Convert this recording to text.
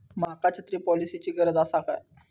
माका छत्री पॉलिसिची गरज आसा काय?